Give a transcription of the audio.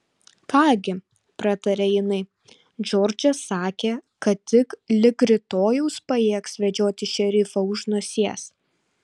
ką gi prataria jinai džordžą sakė kad tik lig rytojaus pajėgs vedžioti šerifą už nosies